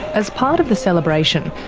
as part of the celebration,